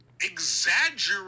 exaggerate